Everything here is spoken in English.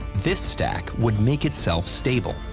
this stack would make itself stable.